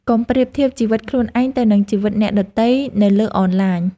កុំប្រៀបធៀបជីវិតខ្លួនឯងទៅនឹងជីវិតអ្នកដទៃនៅលើអនឡាញ។